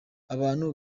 abantu